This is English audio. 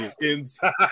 Inside